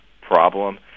problem